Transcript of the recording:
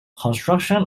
construction